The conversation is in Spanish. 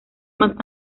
más